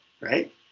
right